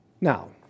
Now